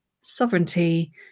Sovereignty